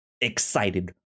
excited